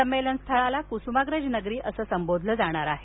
संमेलनस्थळाला कुसुमाग्रज नगरी असं संबोधलं जाणार आहे